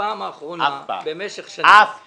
מתי מצאת בפעם האחרונה במשך שנים שהפסקתי